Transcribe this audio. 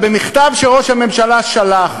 במכתב שראש הממשלה שלח